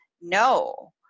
No